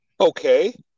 Okay